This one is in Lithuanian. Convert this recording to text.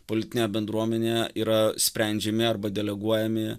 politinėje bendruomenėje yra sprendžiami arba deleguojami